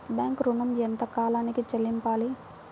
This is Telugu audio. బ్యాంకు ఋణం ఎంత కాలానికి చెల్లింపాలి?